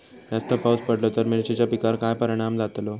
जास्त पाऊस पडलो तर मिरचीच्या पिकार काय परणाम जतालो?